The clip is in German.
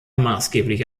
maßgeblich